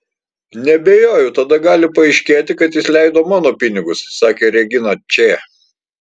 neabejoju tada gali paaiškėti kad jis leido mano pinigus sakė regina č